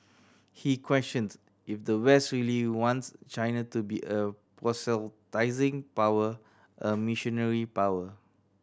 he questioned if the West really wants China to be a proselytising power a missionary power